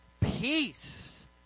peace